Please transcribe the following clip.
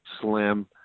slim